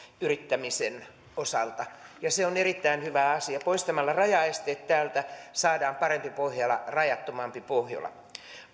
yrittämisen osalta ja se on erittäin hyvä asia poistamalla täältä rajaesteet saadaan parempi pohjola rajattomampi pohjola